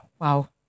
wow